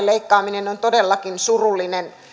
leikkaaminen on todellakin surullinen